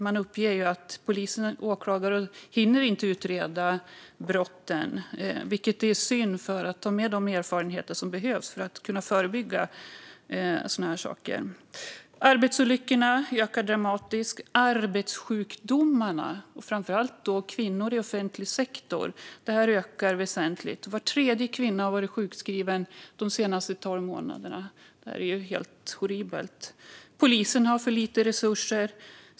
Man uppger att polisen och åklagare inte hinner utreda brotten, vilket är synd. Det gäller att ta med de erfarenheter som behövs för att kunna förebygga sådana saker. Arbetsolyckorna ökar dramatiskt. Arbetssjukdomarna, och framför allt bland kvinnor i offentlig sektor, ökar väsentligt. Var tredje kvinna har varit sjukskriven de senaste tolv månaderna. Det är helt horribelt. Polisen har för lite resurser.